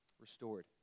restored